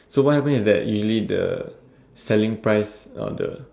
so what happen is that usually the selling price or the